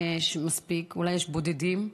אולי יש בודדים,